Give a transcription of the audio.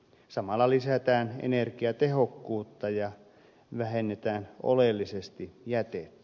samalla lisätään energiatehokkuutta ja vähennetään oleellisesti jätettä